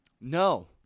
No